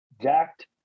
jacked